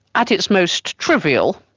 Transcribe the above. at its most trivial,